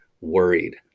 worried